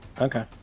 Okay